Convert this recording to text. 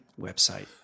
website